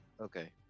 Okay